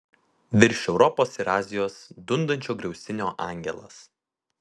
virš europos ir azijos dundančio griaustinio angelas